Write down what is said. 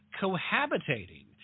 cohabitating